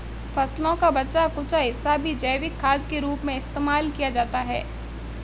फसलों का बचा कूचा हिस्सा भी जैविक खाद के रूप में इस्तेमाल किया जाता है